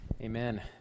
Amen